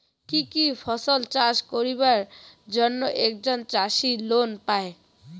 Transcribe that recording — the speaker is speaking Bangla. কি কি ফসল চাষ করিবার জন্যে একজন চাষী লোন পায়?